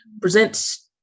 presents